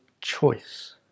choice